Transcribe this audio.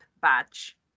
badge